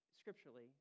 scripturally